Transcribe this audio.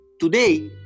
Today